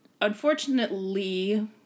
unfortunately